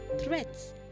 threats